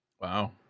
Wow